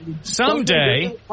someday